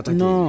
no